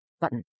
button